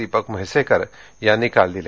दीपक म्हैसेकर यांनी काल दिल्या